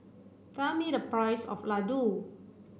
tell me the price of Ladoo